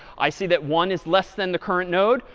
i see that one is less than the current node.